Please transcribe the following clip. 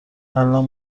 الانم